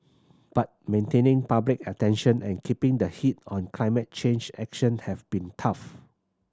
but maintaining public attention and keeping the heat on climate change action have been tough